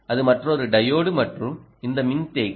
அது மற்றொரு டையோடு மற்றும் இந்த மின்தேக்கி